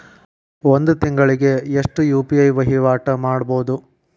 ಒಂದ್ ತಿಂಗಳಿಗೆ ಎಷ್ಟ ಯು.ಪಿ.ಐ ವಹಿವಾಟ ಮಾಡಬೋದು?